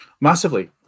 Massively